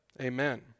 Amen